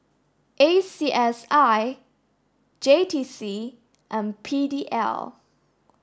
A C S I J T C and P D L